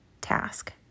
task